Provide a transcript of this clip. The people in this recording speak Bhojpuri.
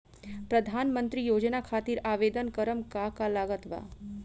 प्रधानमंत्री योजना खातिर आवेदन करम का का लागत बा?